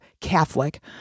Catholic